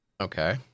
okay